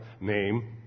name